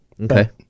Okay